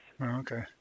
Okay